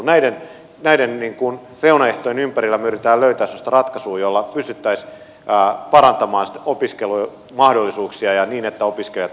näiden reunaehtojen ympärillä me yritämme löytää sellaista ratkaisua jolla pystyttäisiin parantamaan opiskelumahdollisuuksia niin että opiskelijat valmistuisivat nopeammin